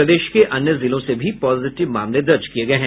प्रदेश के अन्य जिलों से भी पॉजिटिव मामले दर्ज किये गये हैं